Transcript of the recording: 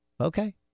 Okay